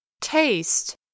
taste